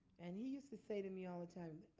and he used to say to me all the time,